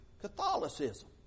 Catholicism